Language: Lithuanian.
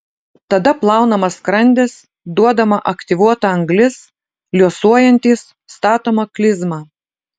tada plaunamas skrandis duodama aktyvuota anglis liuosuojantys statoma klizma